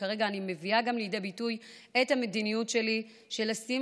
וכרגע אני מביאה לידי ביטוי גם את המדיניות שלי לשים